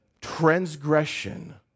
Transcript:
transgression